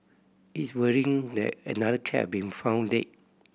it's worrying that another cat been found dead